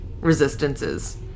resistances